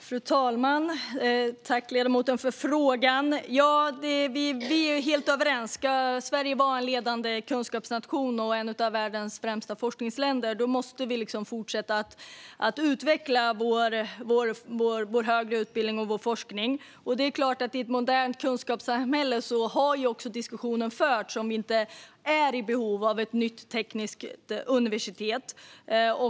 Fru talman! Tack, ledamoten, för frågan! Vi är helt överens: Ska Sverige vara en ledande kunskapsnation och ett av världens främsta forskningsländer måste vi fortsätta att utveckla vår högre utbildning och vår forskning. I ett modernt kunskapssamhälle har det ju också förts en diskussion om huruvida vi är i behov av ett nytt tekniskt universitet.